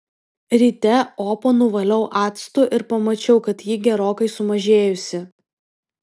ryte opą nuvaliau actu ir pamačiau kad ji gerokai sumažėjusi